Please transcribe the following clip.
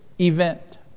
event